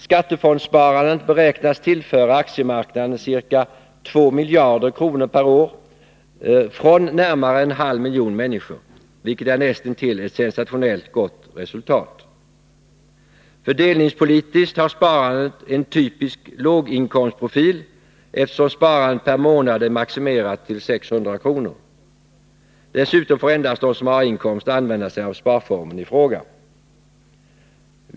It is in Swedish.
Skattefondssparandet beräknas tillföra aktiemarknaden ca 2 miljarder kronor per år från närmare en halv miljon människor, vilket är näst intill ett sensationellt gott resultat. Fördelningspolitiskt har sparandet en typisk låginkomstprofil, eftersom det är maximerat till 600 kr. per månad. Dessutom får endast de som har A-inkomst använda sig av sparformen i fråga.